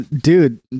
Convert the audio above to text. dude